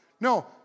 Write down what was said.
no